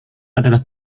adalah